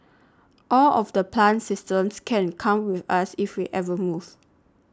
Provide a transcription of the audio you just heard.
all of the plant systems can come with us if we ever move